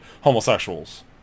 homosexuals